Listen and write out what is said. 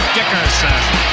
Dickerson